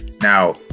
now